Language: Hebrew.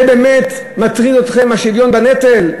זה באמת מטריד אתכם, השוויון בנטל?